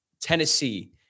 Tennessee